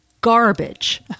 garbage